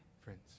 friends